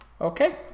Okay